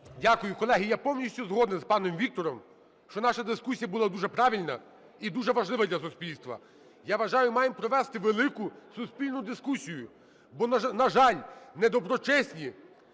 Дякую. Колеги, я повністю згоден з паном Віктором, що наша дискусія була дуже правильна і дуже важлива для суспільства. Я вважаю, маємо провести велику суспільну дискусію. Бо, на жаль, недоброчесні